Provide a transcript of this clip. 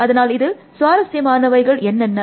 அதனால் இதில் சுவாரஸ்யமானவைகள் என்னென்னெ